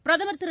பிரதுர் திரு